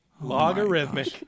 Logarithmic